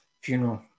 funeral